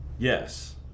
Yes